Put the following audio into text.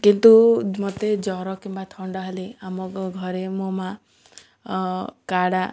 କିନ୍ତୁ ମୋତେ ଜ୍ୱର କିମ୍ବା ଥଣ୍ଡା ହେଲେ ଆମ ଘରେ ମୋ ମା' କାଢ଼ା